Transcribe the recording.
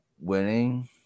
winning